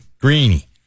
Greeny